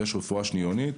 יש רפואה שניונית,